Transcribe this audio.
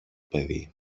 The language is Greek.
παιδί